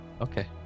Okay